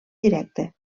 directe